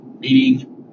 meaning